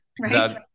Right